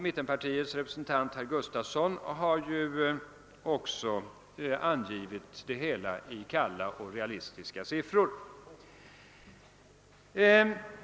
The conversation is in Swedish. Mittenpartirepresentanten herr Gustafson i Göteborg har även angivit det hela i kalla och realistiska siffror.